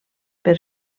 per